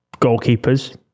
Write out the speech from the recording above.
goalkeepers